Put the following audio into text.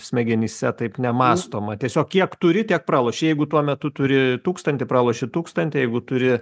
smegenyse taip nemąstoma tiesiog kiek turi tiek praloši jeigu tuo metu turi tūkstantį praloši tūkstantį jeigu turi